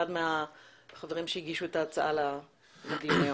אחד מהחברים שהגישו את ההצעה לדיון היום.